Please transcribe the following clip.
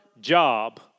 job